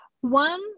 One